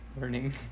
learning